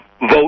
vote